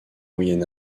moyen